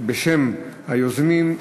בשם היוזמים,